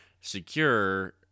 secure